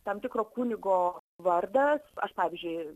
tam tikro kunigo vardas aš pavyzdžiui